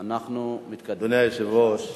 בלא יוצא מן הכלל,